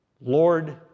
Lord